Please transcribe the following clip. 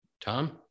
Tom